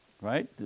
Right